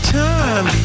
time